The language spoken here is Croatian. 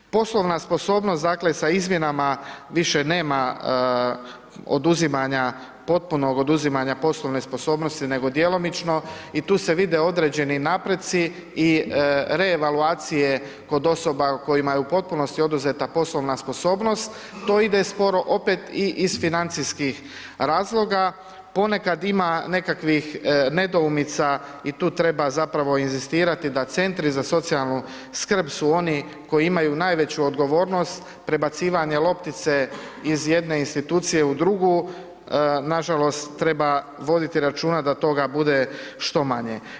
Poslovna sposobnost, dakle sa izmjenama više nema oduzimanja potpunog oduzimanja poslovne sposobnosti, nego djelomično i tu se vide određeni napreci i reevaluacije kod osoba kojima je u potpunosti oduzeta poslovna sposobnost, to ide sporo opet i iz financijskih razloga, ponekad ima nekakvih nedoumica i tu treba zapravo inzistirati da Centri za socijalnu skrb su oni koji imaju najveću odgovornost prebacivanje loptice iz jedne institucije u drugu, nažalost, treba voditi računa da toga bude što manje.